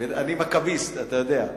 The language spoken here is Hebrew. אני מכביסט, אתה יודע.